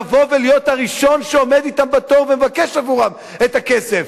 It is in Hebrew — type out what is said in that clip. לבוא ולהיות הראשון שעומד אתם בתור ומבקש עבורם את הכסף.